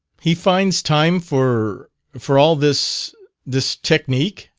he finds time for for all this this technique?